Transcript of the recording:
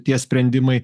tie sprendimai